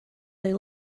they